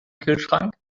kühlschrank